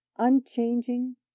Unchanging